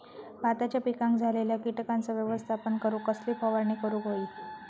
भाताच्या पिकांक झालेल्या किटकांचा व्यवस्थापन करूक कसली फवारणी करूक होई?